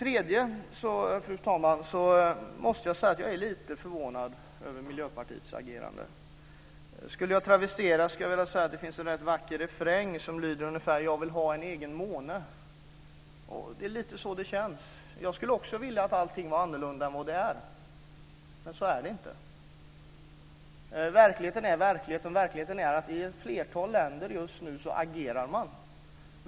Dessutom måste jag, fru talman, säga att jag är lite förvånad över Miljöpartiets agerande. Jag skulle kunna travestera den vackra refrängen "jag vill ha en egen måne". Det är lite så det känns. Jag skulle också vilja att allting var annorlunda än vad det är, men det är det inte. Verkligheten är verklighet, och verkligheten är att man i ett flertal länder just nu agerar.